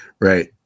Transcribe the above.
Right